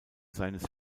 seines